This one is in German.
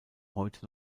heute